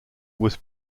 was